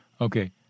Okay